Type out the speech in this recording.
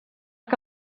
que